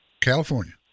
California